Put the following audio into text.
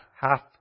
Half